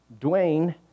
Dwayne